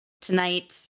Tonight